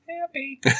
Happy